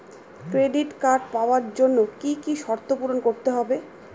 Credit card পাওয়ার জন্য কি কি শর্ত পূরণ করতে হবে?